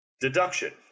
Deduction